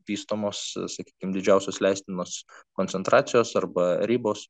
vystomos sakykim didžiausios leistinos koncentracijos arba ribos